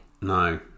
No